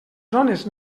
zones